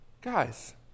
Guys